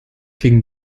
gegen